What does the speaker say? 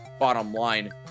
bottomline